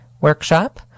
workshop